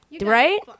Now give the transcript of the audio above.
Right